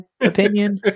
opinion